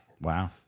Wow